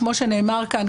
כמו שנאמר כאן,